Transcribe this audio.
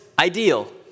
ideal